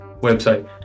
website